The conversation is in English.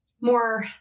more